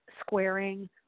squaring